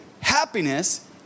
happiness